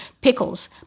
pickles